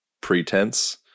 pretense